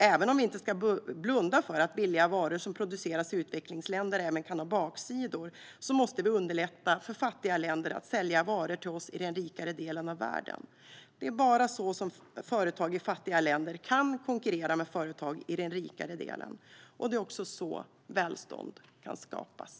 Även om vi inte ska blunda för att det också kan finnas en baksida med att billiga varor produceras i utvecklingsländer måste vi underlätta för fattiga länder att sälja varor till oss i den rikare delen av världen. Det är bara så företag i fattiga länder kan konkurrera med företag i den rikare delen, och det är så välstånd kan skapas.